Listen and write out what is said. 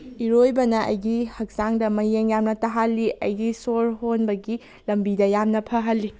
ꯏꯔꯣꯏꯕꯅ ꯑꯩꯒꯤ ꯍꯛꯆꯥꯡꯗ ꯃꯌꯦꯡ ꯌꯥꯝꯅ ꯇꯥꯍꯜꯂꯤ ꯑꯩꯒꯤ ꯁꯣꯔ ꯍꯣꯟꯕꯒꯤ ꯂꯝꯕꯤꯗ ꯌꯥꯝꯅ ꯐꯍꯜꯂꯤ